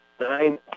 nine